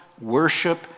worship